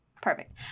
Perfect